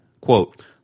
Quote